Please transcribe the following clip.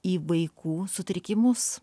į vaikų sutrikimus